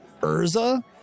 Urza